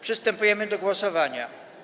Przystępujemy do głosowania.